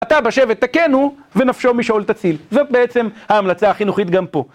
אתה בשבט תכנו, ונפשו משאול תציל. זאת בעצם ההמלצה החינוכית גם פה.